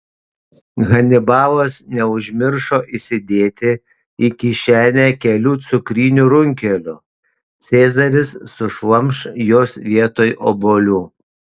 hanibalas neužmiršo įsidėti į kišenę kelių cukrinių runkelių cezaris sušlamš juos vietoj obuolių